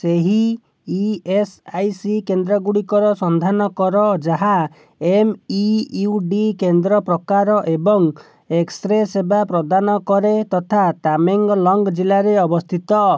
ସେହି E S I C କେନ୍ଦ୍ର ଗୁଡ଼ିକର ସନ୍ଧାନ କର ଯାହା ଏମ୍ ଇ ୟୁ ଡ଼ି କେନ୍ଦ୍ର ପ୍ରକାର ଏବଂ ଏକ୍ସ୍ରେ ସେବା ପ୍ରଦାନ କରେ ତଥା ତାମେଙ୍ଗ୍ଲଙ୍ଗ୍ ଜିଲ୍ଲାରେ ଅବସ୍ଥିତ